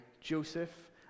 Joseph